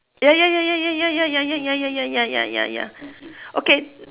ya ya ya ya ya ya ya ya ya ya ya ya ya ya okay